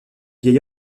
vieil